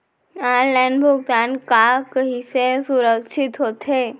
Online भुगतान हा कइसे सुरक्षित होथे?